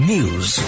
News